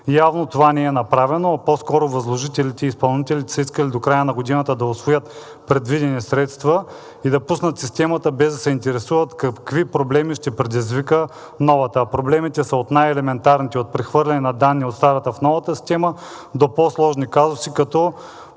Явно това не е направено, а по-скоро възложителите и изпълнителите са искали до края на годината да усвоят предвидените средства и да пуснат системата, без да се интересуват какви проблеми ще предизвика новата. Проблемите са от най-елементарните – от прехвърлянето на данните от старата в новата система, до по-сложни казуси като